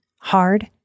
hard